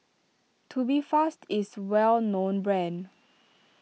Tubifast is well known brand